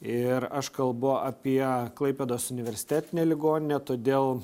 ir aš kalbu apie klaipėdos universitetinę ligoninę todėl